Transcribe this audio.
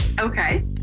okay